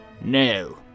No